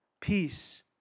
peace